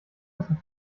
unsere